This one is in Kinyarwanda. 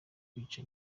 kwica